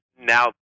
now